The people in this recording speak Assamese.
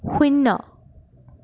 শূন্য